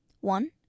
one